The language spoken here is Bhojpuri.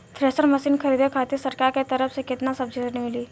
थ्रेसर मशीन खरीदे खातिर सरकार के तरफ से केतना सब्सीडी मिली?